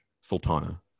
Sultana